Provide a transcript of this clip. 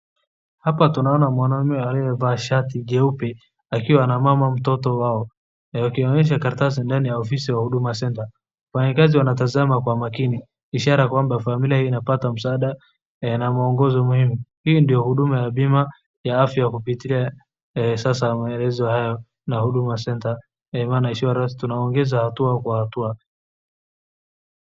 Hapa tunaona mwanaume aliyevaa shati jeupe akiwa na mama mtoto wao akinyesha karatasi ndani ya ofisi wa Huduma Center. Wafanyakazi wanatazama kwa makini, ishara kwamba familia hiyo inapata msaada na muongozo muhimu. Hii ndiyo huduma ya bima ya fya kupitia sasa maelezo hayo na Huduma Center tunaongeza hatua kwa hatua.